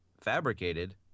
fabricated